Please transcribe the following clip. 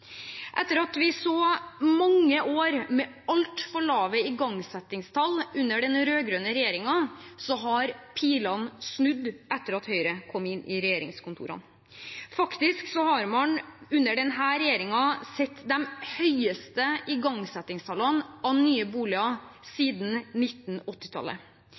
Etter mange år med altfor lave igangsettingstall under den rød-grønne regjeringen, har pilene snudd etter at Høyre kom i regjeringskontorene. Faktisk har man under denne regjeringen sett de høyeste tallene for igangsetting av nye boliger